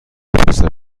پسر